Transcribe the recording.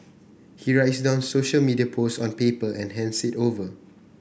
he writes down social media post on paper and hands it over